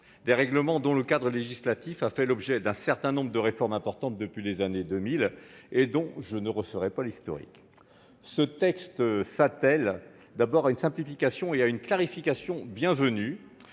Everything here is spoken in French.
ces règlements a fait l'objet d'un certain nombre de réformes importantes depuis les années 2000 ; je n'en referai pas l'historique. Ce texte s'attelle d'abord à une simplification et à une clarification bienvenues